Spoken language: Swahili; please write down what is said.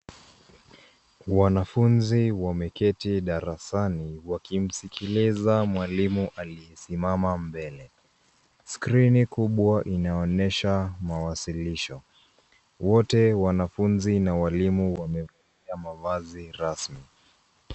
Wanafunzi wameketi darasani. Wakimskiliza mwalimu aliyesimama, mbele. Skrini kubwa inaonyesha mawasilisho, wote wanafunzi na walimu wamevalia mavazi rasmi .